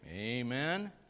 Amen